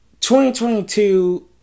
2022